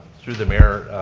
through the mayor,